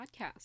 Podcast